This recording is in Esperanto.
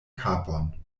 kapon